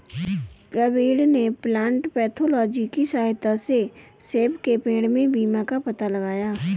प्रवीण ने plant pathology की सहायता से सेब के पेड़ में बीमारी का पता लगाया